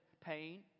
pain